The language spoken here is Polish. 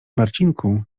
marcinku